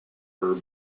her